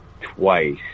twice